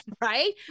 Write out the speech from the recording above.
right